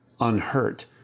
unhurt